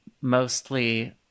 mostly